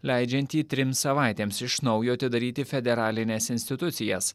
leidžiantį trims savaitėms iš naujo atidaryti federalines institucijas